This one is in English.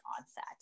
onset